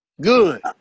Good